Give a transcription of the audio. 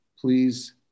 please